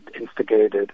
instigated